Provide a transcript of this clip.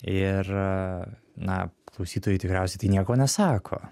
ir na klausytojui tikriausiai tai nieko nesako